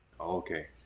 Okay